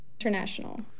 international